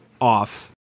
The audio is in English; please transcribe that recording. off